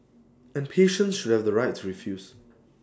and patients should have the right to refuse